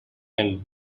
and